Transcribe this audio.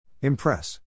Impress